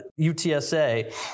UTSA